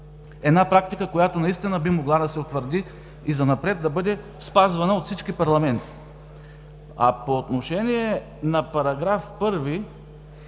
– практика, която наистина би могла да се утвърди и занапред да бъде спазвана от всички парламенти. По отношение на § 1